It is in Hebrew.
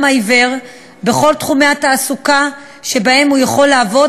העיוור בכל תחומי התעסוקה שבהם הוא יכול לעבוד,